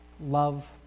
love